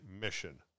mission